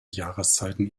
jahreszeiten